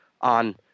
on